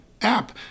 app